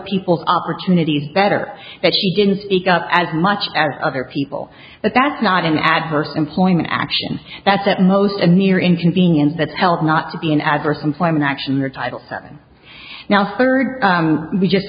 people opportunities better that she didn't speak up as much as other people but that's not an adverse employment action that's at most a near inconvenience that's held not to be an adverse employment action or title seven now third we just